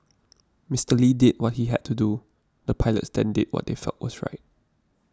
Mister Lee did what he had to do the pilots then did what they felt was right